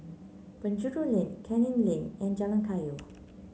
Penjuru Lane Canning Lane and Jalan Kayu